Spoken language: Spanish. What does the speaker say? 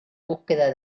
búsqueda